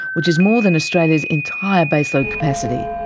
which is more than australia's entire baseload capacity.